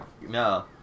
No